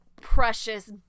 precious